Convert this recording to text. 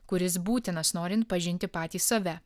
kuris būtinas norint pažinti patys save